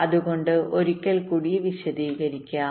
അതുകൊണ്ട് ഒരിക്കൽക്കൂടി വിശദീകരിക്കാം